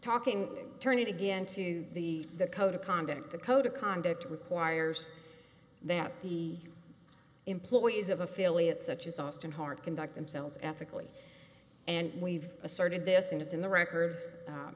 talking turn it again to the code of conduct the code of conduct requires that the employees of affiliates such as austin hart conduct themselves ethically and we've asserted this and it's in the record